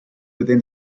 within